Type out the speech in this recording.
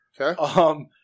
Okay